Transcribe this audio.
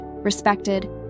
respected